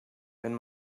wenn